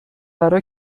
برا